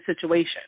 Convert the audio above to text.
situation